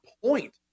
point